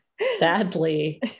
Sadly